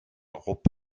rupp